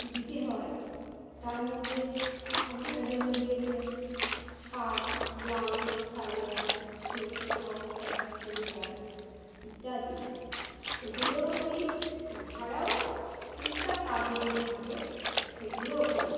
দিতে হয় তার মদ্যে আপনারা যেমন দিয়েছেন shirt blouse salwar suit top pant churidar ইত্যাদি এগুলোও করি এছাড়াও টুকটাক কাজ যেগুলো থাকে সেগুলোও করি